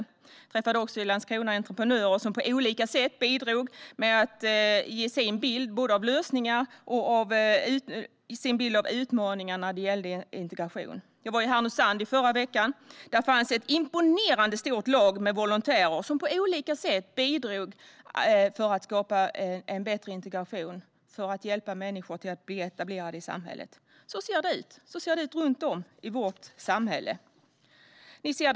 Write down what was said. Jag träffade i Landskrona även entreprenörer som på olika sätt bidrog med att ge sin bild både av lösningar och av utmaningar när det gäller integration. I förra veckan var jag i Härnösand. Där fanns det ett imponerande stort lag med volontärer som på olika sätt bidrog för att skapa en bättre integration och för att hjälpa människor att bli etablerade i samhället. Så ser det ut runt om i vårt samhälle.